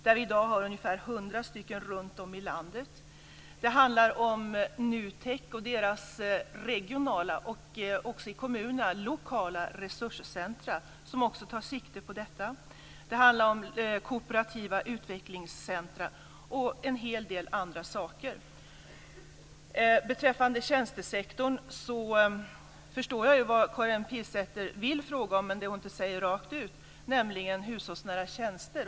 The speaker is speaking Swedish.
NUTEK har inrättat regionala resurscentrer och i kommunerna lokala resurscentrer som också tar sikte på detta. Det finns också kooperativa utvecklingcentrer och en hel del andra saker. Beträffande tjänstesektorn förstår jag ju vad Karin Pilsäter vill fråga om fast hon inte säger det rakt ut, nämligen hushållsnära tjänster.